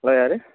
hello யாரு